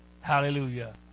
Hallelujah